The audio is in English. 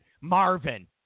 Marvin